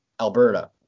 Alberta